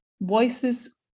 Voices